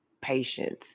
patience